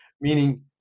Meaning